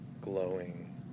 glowing